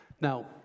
Now